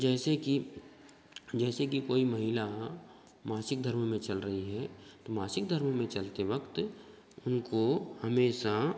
जैसे कि जैसे कि कोई महिला मासिक धर्म में चल रही है तो मासिक धर्म में चलते वक्त उनको हमेशा